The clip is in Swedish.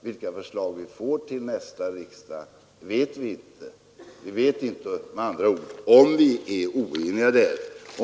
Vilka förslag vi får till nästa riksdag vet vi inte. Vi vet inte med andra ord om vi är oeniga i detta fall.